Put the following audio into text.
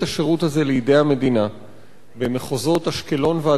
הזה לידי המדינה במחוזות אשקלון והדרום,